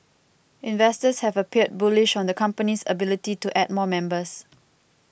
investors have appeared bullish on the company's ability to add more members